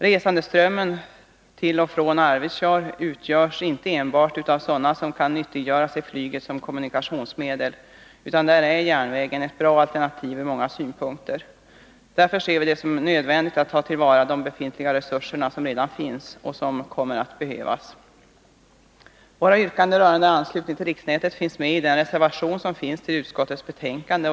Resandeströmmen till och från Arvidsjaur utgörs inte enbart av sådana som kan nyttiggöra sig flyget som kommunikationsmedel, utan järnvägen är här ett bra alternativ ur många synpunkter. Därför ser vi det som nödvändigt att ta till vara de resurser som redan finns och som kommer att behövas. Våra yrkanden rörande anslutning till riksnätet finns med i reservation 5 tillutskottets betänkande.